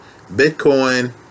Bitcoin